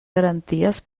garanties